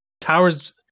towers